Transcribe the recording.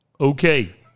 Okay